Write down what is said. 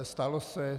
Stalo se.